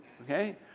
okay